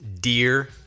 Dear